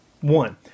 One